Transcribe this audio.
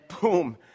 boom